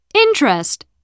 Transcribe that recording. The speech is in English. Interest